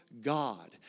God